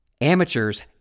Amateurs